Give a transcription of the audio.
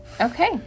Okay